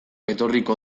etorriko